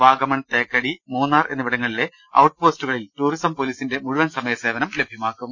വാഗമൺ തേക്കടി മൂന്നാർ എന്നിവിടങ്ങ ളിലെ ഔട്ട്പോസ്റ്റുകളിൽ ടൂറിസം പൊലീസിന്റെ മുഴുവൻ സമയ സേവനം ലഭ്യമാക്കും